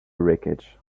wreckage